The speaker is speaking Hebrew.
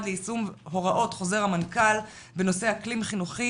ליישום הוראות חוזר המנכ"ל בנושא אקלים חינוכי,